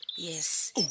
Yes